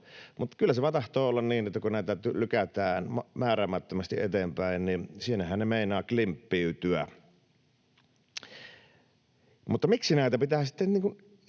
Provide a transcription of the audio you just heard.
Mutta kyllä se vaan tahtoo olla niin, että kun näitä lykätään määräämättömästi eteenpäin, niin siinähän ne meinaavat klimppiytyä. Mutta miksi näitä pitää sitten